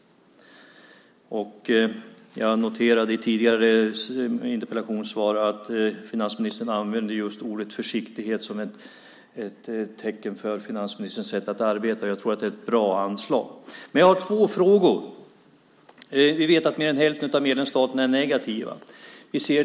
Jag noterade i ett tidigare interpellationssvar att finansministern använde ordet försiktighet som ett tecken på finansministerns sätt att arbeta. Jag tror att det är ett bra anslag. Jag har två frågor. Mer än hälften av medlemsstaterna är negativa.